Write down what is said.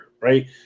Right